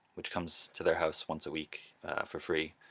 which comes to their house once a week for free,